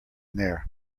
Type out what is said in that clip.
there